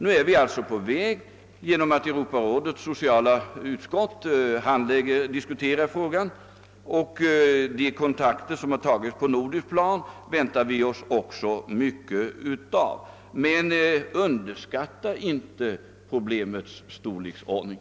Nu är vi alltså på väg genom att Europarådets sociala utskott diskuterar frågan, och de kontakter som har tagits på nordiskt plan väntar vi oss också mycket av. Men underskatta inte problemets storleksordning!